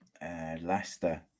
Leicester